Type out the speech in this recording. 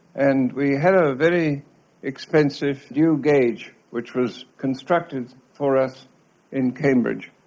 and we had a very expensive new gauge which was constructed for us in cambridge,